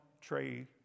trade